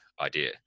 idea